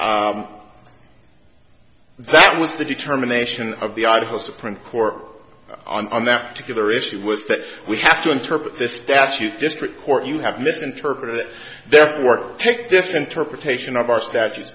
but that was the determination of the article supreme court on that particular issue was that we have to interpret this statute district court you have misinterpreted it therefore take this interpretation of our statutes